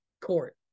court